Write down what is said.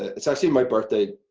it's actually my birthday,